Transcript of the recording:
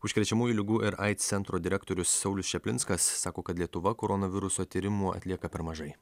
užkrečiamųjų ligų ir aids centro direktorius saulius čaplinskas sako kad lietuva koronaviruso tyrimų atlieka per mažai